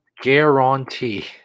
guarantee